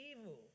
evil